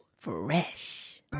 fresh